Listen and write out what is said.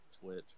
Twitch